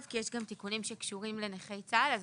כי יש גם תיקונים שקשורים לנכי צה"ל אז